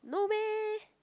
no meh